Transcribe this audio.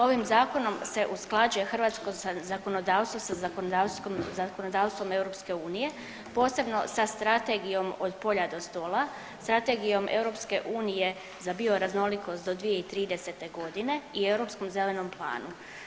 Ovim zakonom se usklađuje hrvatsko zakonodavstvo sa zakonodavstvom EU, posebno sa Strategijom Od polja do stola, Strategijom EU za bioraznolikost do 2030.g. i Europskom zelenom planu.